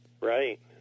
Right